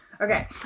Okay